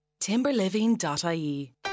Timberliving.ie